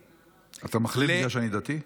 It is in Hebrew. אתה מכליל בגלל שאני דתי?